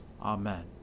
Amen